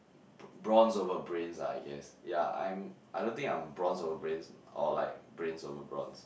brawns over brains lah I guess yea I'm I don't think I'm brawns over brains or like brains over brawns